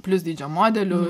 plius dydžio modelių